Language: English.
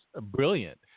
brilliant